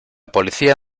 policía